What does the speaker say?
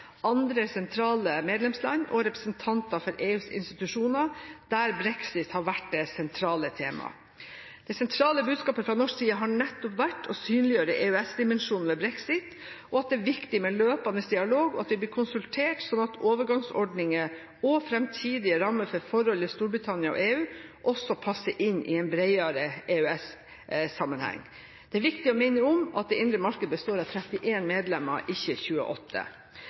andre sentrale medlemsland og representanter for EUs institusjoner der brexit har vært det sentrale tema. Det sentrale budskapet fra norsk side har nettopp vært å synliggjøre EØS-dimensjonen ved brexit, at det er viktig med løpende dialog, og at vi blir konsultert slik at overgangsordninger og framtidige rammer for forholdet Storbritannia og EU også passer inn i en bredere EØS-sammenheng. Det er viktig å minne om at det indre marked består av 31 medlemmer, ikke 28.